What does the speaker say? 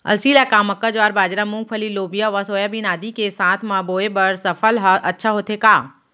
अलसी ल का मक्का, ज्वार, बाजरा, मूंगफली, लोबिया व सोयाबीन आदि के साथ म बोये बर सफल ह अच्छा होथे का?